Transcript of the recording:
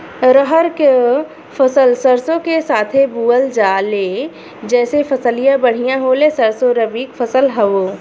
रहर क फसल सरसो के साथे बुवल जाले जैसे फसलिया बढ़िया होले सरसो रबीक फसल हवौ